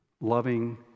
Loving